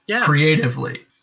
creatively